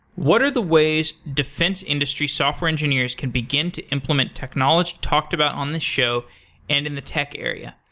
what are the ways defense industry software engineers can begin to implement technology talked about on the show and in the tech area?